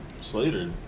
Slater